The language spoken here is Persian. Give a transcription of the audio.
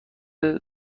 دوم